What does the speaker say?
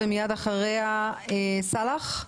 מיד אחריה סלאח.